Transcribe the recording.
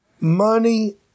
money